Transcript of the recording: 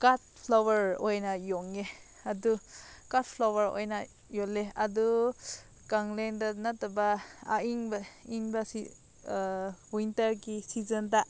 ꯀꯥꯠ flower ꯑꯣꯏꯅ ꯌꯣꯜꯂꯦ ꯑꯗꯨ ꯀꯥꯠ ꯐ꯭ꯂꯣꯋꯔ ꯑꯣꯏꯅ ꯌꯣꯜꯂꯦ ꯑꯗꯨ ꯀꯥꯂꯦꯟꯗ ꯅꯠꯇꯕ ꯑꯏꯪꯕ ꯏꯪꯕ ꯋꯤꯟꯇꯔꯒꯤ ꯁꯤꯖꯟꯗ